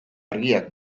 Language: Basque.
argiak